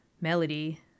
melody